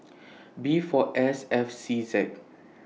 B four S F C Z